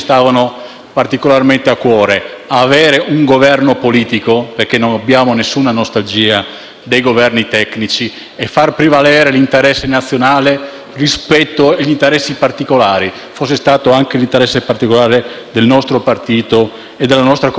particolarmente a cuore: avere un Governo politico, perché non abbiamo nessuna nostalgia dei Governi tecnici, e far prevalere l'interesse nazionale rispetto agli interessi particolari, fosse stato anche l'interesse particolare del nostro partito e della nostra comunità.